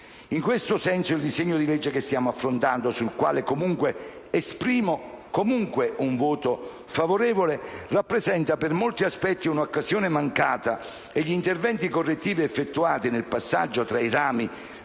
In questo senso, il disegno di legge che stiamo affrontando, sul quale comunque preannuncio comunque un voto favorevole, rappresenta per molti aspetti un'occasione mancata e gli interventi correttivi effettuati nel passaggio tra i rami